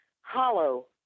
hollow